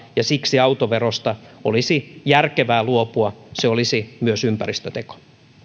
ja siksi autoverosta olisi järkevää luopua se olisi myös ympäristöteko